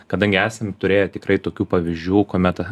kadangi esam turėję tikrai tokių pavyzdžių kuomet